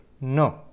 no